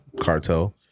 cartel